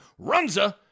Runza